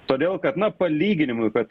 todėl kad na palyginimui kad